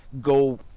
go